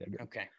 Okay